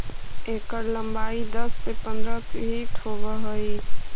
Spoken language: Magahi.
एकर लंबाई दस से पंद्रह फीट होब हई